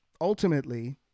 ultimately